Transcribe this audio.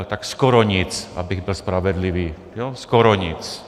Tak skoro nic, abych byl spravedlivý, skoro nic.